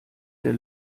der